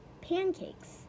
pancakes